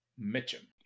Mitchum